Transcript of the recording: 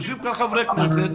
יושבים כאן חבר כנסת,